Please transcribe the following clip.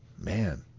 Man